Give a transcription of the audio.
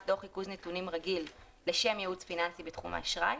דוח ריכוז נתונים רגיל לשם ייעוץ פיננסי בתחום האשראי,